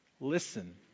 Listen